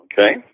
okay